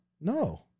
No